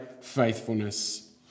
faithfulness